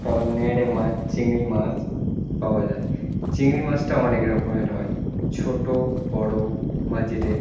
তারপর নেড়ে মাছ চিংড়ি মাছ পাওয়া যায় চিংড়ি মাছটা অনেক রকমের হয় ছোটো বড় মাঝারি